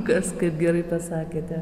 kas kaip gerai pasakėte